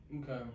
Okay